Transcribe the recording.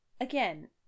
again